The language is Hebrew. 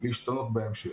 להשתנות בהמשך.